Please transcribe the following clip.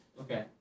Okay